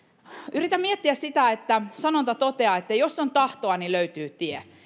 yritän miettiä sitä kun sanonta toteaa että jos on tahtoa niin löytyy tie